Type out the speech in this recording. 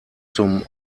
zum